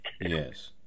Yes